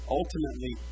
ultimately